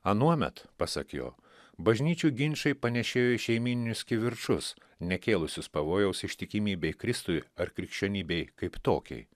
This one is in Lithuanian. anuomet pasak jo bažnyčių ginčai panešėjo į šeimyninius kivirčus nekėlusius pavojaus ištikimybei kristui ar krikščionybei kaip tokiai